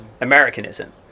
Americanism